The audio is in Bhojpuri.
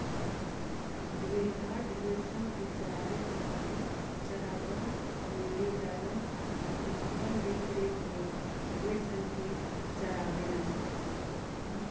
भेड़िहार, भेड़सन के चरावे खातिर चरागाह में ले जालन अउरी अपना देखरेख में भेड़सन के चारावेलन